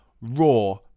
raw